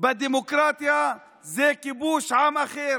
בדמוקרטיה זה כיבוש עם אחר,